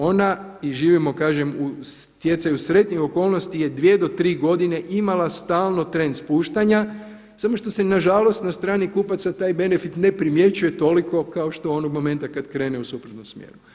Ona i živimo kažem u stjecaju sretnih okolnosti je dvije do tri godine imala stalno trend spuštanja samo što se na žalost na strani kupaca taj benefit ne primjećuje toliko kao što onog momenta kad krene u suprotnom smjeru.